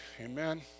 Amen